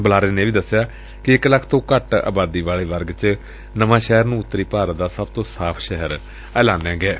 ਬੁਲਾਰੇ ਨੇ ਇਹ ਵੀ ਦਸਿਆ ਕਿ ਇਕ ਲੱਖ ਤੋ ਘੱਟ ਦੀ ਆਬਾਦੀ ਵਾਲੇ ਵਰਗ ਵਿਚ ਨਵਾਂ ਸ਼ਹਿਰ ਨੂੰ ਉਤਰੀ ਭਾਰਤ ਦਾ ਸਭ ਤੋਂ ਸਾਫ਼ ਸ਼ਹਿਰ ਐਲਾਨਿਆ ਗਿਐ